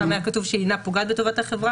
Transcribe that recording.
פעם היה כתוב 'שאינה פוגעת בטובת החברה',